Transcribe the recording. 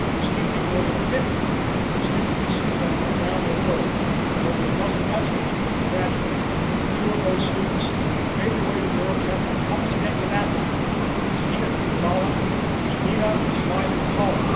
this evening more than fifty students from around the world from over a dozen countries will graduate. two of those students made their way to durham tech from opposite ends of africa as eddith ogola and janita smythe-maccauley